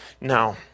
Now